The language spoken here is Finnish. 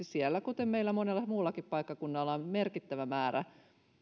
siellä kuten meillä monella muullakin paikkakunnalla on merkittävä määrä